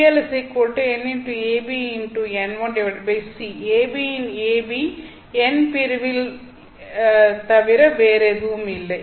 AB இன் AB N பிரிவு எல் தவிர வேறு எதுவும் இல்லை